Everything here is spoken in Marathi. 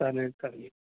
चालेल